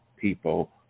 people